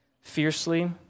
fiercely